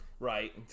Right